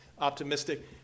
optimistic